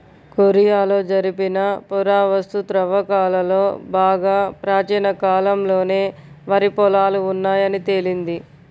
కొరియాలో జరిపిన పురావస్తు త్రవ్వకాలలో బాగా ప్రాచీన కాలంలోనే వరి పొలాలు ఉన్నాయని తేలింది